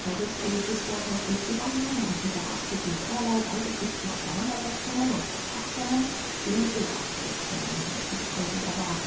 er riß oliviers worte aus dem zusammenhang und hinterbrachte sie mit allerlei beigefügten auseinandersetzungen und betrachtungen dem oberfeldherrn in dessen gefolge er war